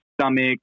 stomach